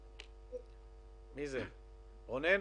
עודד,